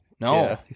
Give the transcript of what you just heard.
No